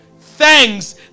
thanks